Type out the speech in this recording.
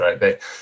right